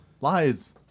Lies